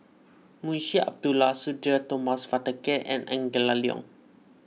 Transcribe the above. Munshi Abdullah Sudhir Thomas Vadaketh and Angela Liong